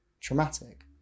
traumatic